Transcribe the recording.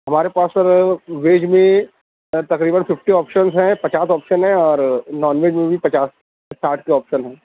ہمارے پاس sir veg ميں تقريباً ففٹى آپشنس ہيں پچاس آپشن ہیں اور نان ویج میں بھی پچاس ساٹھ کے آپشن ہیں